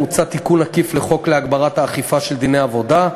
מוצע תיקון עקיף לחוק להגברת האכיפה של דיני העבודה,